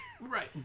right